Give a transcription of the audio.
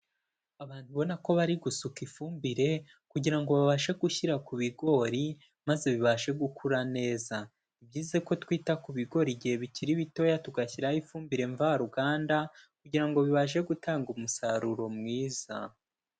Abantu ubona ko bari gusuka ifumbire kugira ngo babashe gushyira ku bigori maze bibashe gukura neza. Ni byiza ko twita ku bigori igihe bikiri bitoya, tugashyiraho ifumbire mvaruganda kugira ngo bibashe gutanga umusaruro mwiza.